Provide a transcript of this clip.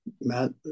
Matt